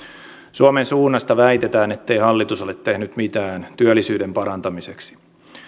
suomen suunnasta väitetään ettei hallitus ole tehnyt mitään työllisyyden parantamiseksi